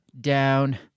down